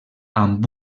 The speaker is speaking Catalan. amb